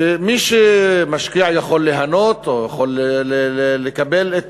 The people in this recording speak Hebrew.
ומי שמשקיע יכול ליהנות, או יכול לקבל את